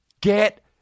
get